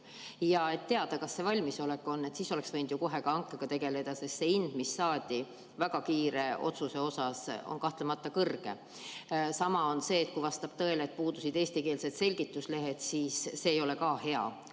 teada saada, kas see valmisolek on. Oleks võinud kohe ka hankega tegeleda, sest see hind, mis saadi väga kiire otsuse peale, on kahtlemata kõrge. Ja kui vastab tõele, et puudusid eestikeelsed selgituslehed, siis see ei ole ka hea,